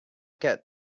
get